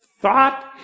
thought